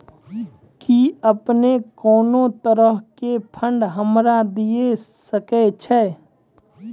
कि अपने कोनो तरहो के फंड हमरा दिये सकै छिये?